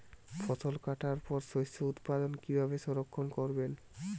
ফসল কাটার পর শস্য উৎপাদন কিভাবে সংরক্ষণ করবেন?